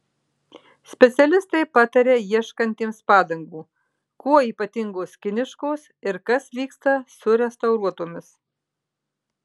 specialistai pataria ieškantiems padangų kuo ypatingos kiniškos ir kas vyksta su restauruotomis